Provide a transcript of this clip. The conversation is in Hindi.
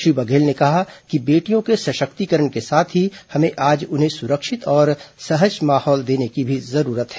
श्री बघेल ने कहा कि बेटियों के सशक्तिकरण के साथ ही हमें आज उन्हें सुरक्षित और सहज माहौल देने की भी जरूरत है